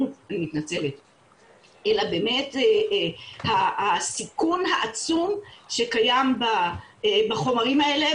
אלא באמת זה הסיכון העצום שקיים בחומרים האלה,